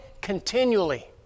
continually